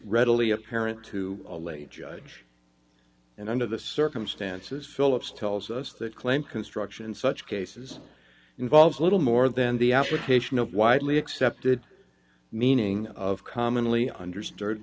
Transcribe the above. readily apparent to all a judge and under the circumstances philips tells us that claim construction in such cases involves little more than the application of widely accepted meaning of commonly